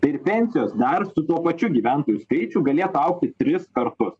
tai ir pensijos dar su tuo pačiu gyventojų skaičiu galėtų augti tris kartus